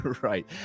Right